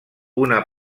una